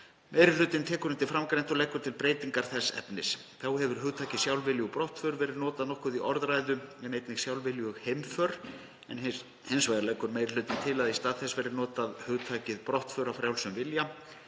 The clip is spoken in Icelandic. Meiri hlutinn tekur undir framangreint og leggur til breytingar þess efnis. Þá hefur hugtakið „sjálfviljug brottför“ verið notað nokkuð í orðræðu en einnig „sjálfviljug heimför“ en hins vegar leggur meiri hlutinn til að í stað þess verði notað hugtakið „brottför af frjálsum vilja“,